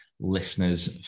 listeners